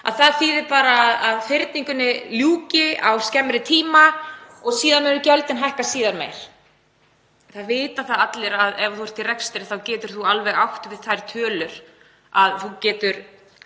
að það þýði að fyrningunni ljúki á skemmri tíma og gjöldin muni svo hækka síðar meir. Það vita allir að ef þú ert í rekstri þá getur þú alveg átt við þær tölur, þú getur